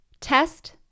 test